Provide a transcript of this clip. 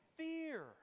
Fear